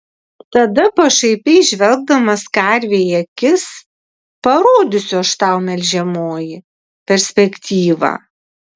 tada pašaipiai žvelgdamas karvei į akis parodysiu aš tau melžiamoji perspektyvą